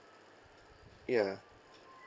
ya